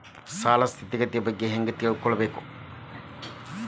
ಸಾಲದ್ ಸ್ಥಿತಿಗತಿ ಬಗ್ಗೆ ಹೆಂಗ್ ತಿಳ್ಕೊಬೇಕು?